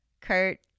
Kurt